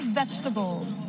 vegetables